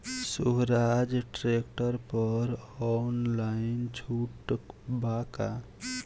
सोहराज tractor पर online छूट बा का?